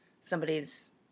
somebody's